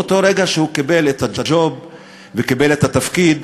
מאותו רגע שהוא קיבל את הג'וב וקיבל את התפקיד,